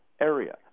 area